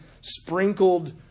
sprinkled